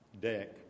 deck